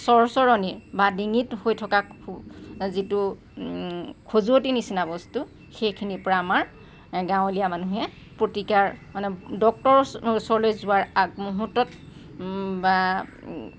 চৰচৰনি বা ডিঙিত হৈ থকা যিটো খজুৱতি নিচিনা বস্তু সেইখিনিৰ পৰা আমাৰ গাঁৱলীয়া মানুহে প্ৰতিকাৰ মানে ডক্তৰ ওচৰলৈ যোৱাৰ আগমুহূৰ্তত বা